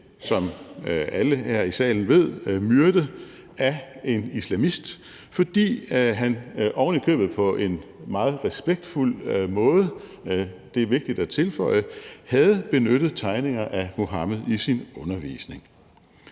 som alle her i salen ved, myrdet af en islamist, fordi han, ovenikøbet på en meget respektfuld måde – det er vigtigt at tilføje – havde benyttet tegninger af Muhammed i sin undervisning.